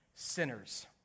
Sinners